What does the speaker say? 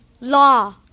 law